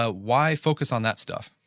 ah why focus on that stuff?